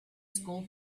school